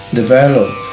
develop